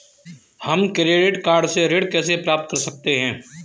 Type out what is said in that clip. हम credit card से ऋण कैसे प्राप्त कर सकते हैं?